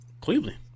Cleveland